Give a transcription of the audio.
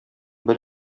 бел